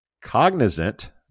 Cognizant